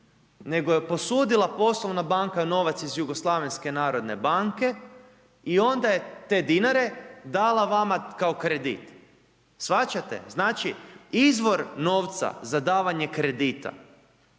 nego je posudila poslovna banka novac iz Jugoslavenske narodne banke i onda je te dinare dala vama kao kredit. Shvaćate? Znači, izvor novca za davanje kredita